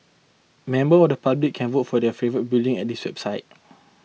members of the public can vote for their favourite building at the website